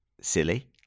silly